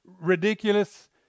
ridiculous